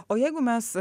o jeigu mes